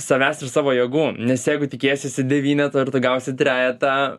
savęs ir savo jėgų nes jeigu tikėsiesi devyneto ir tu gausi trejetą